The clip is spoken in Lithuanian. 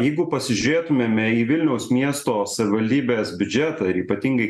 jeigu pasižiūrėtumėme į vilniaus miesto savivaldybės biudžetą ir ypatingai